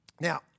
Now